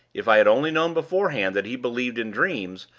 if i had only known beforehand that he believed in dreams,